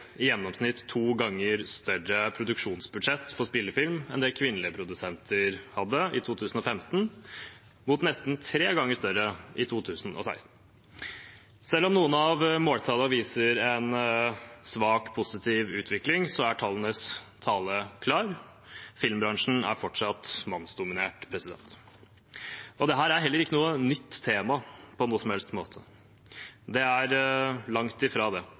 i gjennomsnitt to ganger større produksjonsbudsjett for spillefilm enn det kvinnelige produsenter hadde, mot nesten tre ganger større i 2016. Selv om noen av måltallene viser en svak positiv utvikling, er tallenes tale klar: Filmbransjen er fortsatt mannsdominert. Dette er heller ikke på noen som helst måte noe nytt tema. Det er langt ifra det.